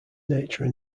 nature